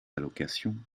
allocations